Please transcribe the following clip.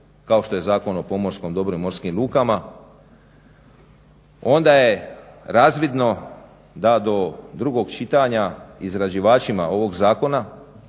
kao što je Zakon o pomorskom dobru i morskim lukama, onda je razvidno da do drugog čitanja izrađivačima ovog zakona,